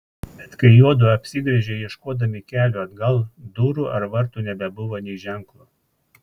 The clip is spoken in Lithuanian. bet kai juodu apsigręžė ieškodami kelio atgal durų ar vartų nebebuvo nė ženklo